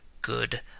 good